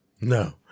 No